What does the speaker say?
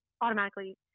automatically